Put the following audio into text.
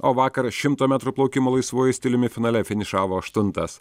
o vakar šimto metrų plaukimo laisvuoju stiliumi finale finišavo aštuntas